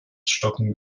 stocken